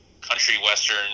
country-western